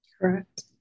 Correct